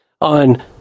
on